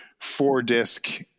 four-disc